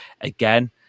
again